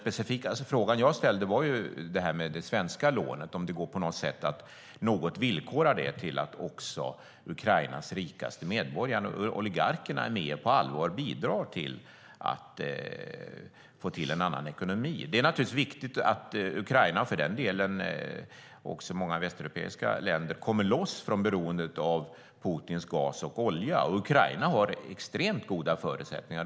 Den fråga som jag ställde handlade om det svenska lånet och om det på något sätt går att villkora det så att även Ukrainas rikaste medborgare, oligarkerna, är med och på allvar bidrar till en annan ekonomi. Det är naturligtvis viktigt att Ukraina, och för den delen även många västeuropeiska länder, kommer loss från beroendet av Putins gas och olja. Ukraina har extremt goda förutsättningar.